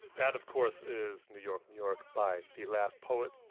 that, of course, is new york, new york by the last poets.